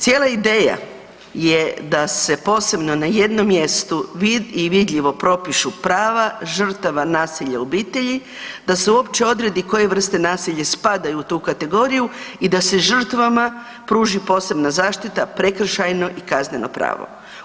Cijela ideja je da se posebno na jednom mjestu i vidljivo propišu prava žrtava nasilja u obitelji, da se uopće odredi koje vrste nasilja spadaju u tu kategoriju i da se žrtvama pruži posebna zaštita prekršajno i kazneno pravo.